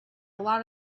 lot